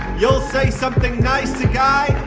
you'll say something nice to guy.